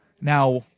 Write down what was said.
Now